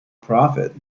profit